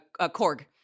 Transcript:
Korg